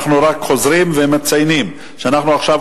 אנחנו רק חוזרים ומציינים שאנחנו עכשיו